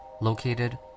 located